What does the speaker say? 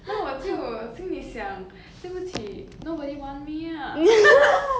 那我就心里想对不起 nobody want me ah